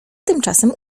tymczasem